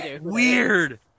Weird